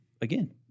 again